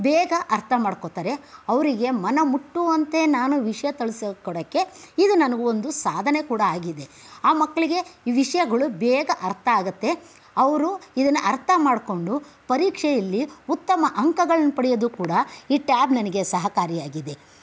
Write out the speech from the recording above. ಬೇಗ ಅರ್ಥ ಮಾಡ್ಕೊತಾರೆ ಅವರಿಗೆ ಮನಮುಟ್ಟುವಂತೆ ನಾನು ವಿಷಯ ತಿಳಿಸಿಕೊಡೋಕೆ ಇದು ನನಗೊಂದು ಸಾಧನೆ ಕೂಡ ಆಗಿದೆ ಆ ಮಕ್ಕಳಿಗೆ ವಿಷಯಗಳು ಬೇಗ ಅರ್ಥ ಆಗುತ್ತೆ ಅವರು ಇದನ್ನು ಅರ್ಥ ಮಾಡಿಕೊಂಡು ಪರೀಕ್ಷೆಯಲ್ಲಿ ಉತ್ತಮ ಅಂಕಗಳನ್ನು ಪಡೆಯೋದು ಕೂಡ ಈ ಟ್ಯಾಬ್ ನನಗೆ ಸಹಕಾರಿ ಆಗಿದೆ